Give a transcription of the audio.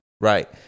right